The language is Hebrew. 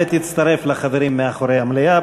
ותצטרף לחברים מאחורי המליאה,